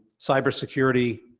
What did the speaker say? cybersecurity,